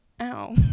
ow